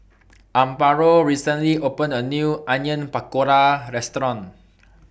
Amparo recently opened A New Onion Pakora Restaurant